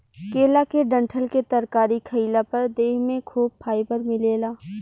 केला के डंठल के तरकारी खइला पर देह में खूब फाइबर मिलेला